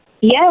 Yes